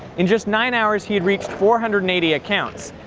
in just nine hours he had reached four hundred and eighty accounts.